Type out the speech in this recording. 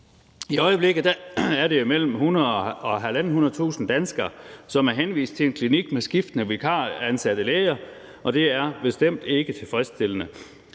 I øjeblikket er det mellem 100.000 og 150.000 danskere, som er henvist til en klinik med skiftende vikaransatte læger, og det er bestemt ikke tilfredsstillende.